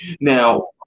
Now